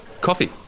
coffee